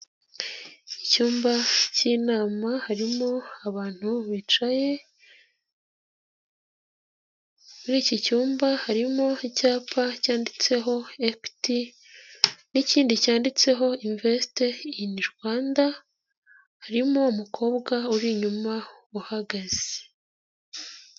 Icyumba cy'inama harimo abantu bicaye, muri iki cyumba harimo icyapa cyanditseho Equity n'ikindi cyanditseho invesite ini Rwanda, harimo umukobwa uri inyuma uhagaze.